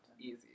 easy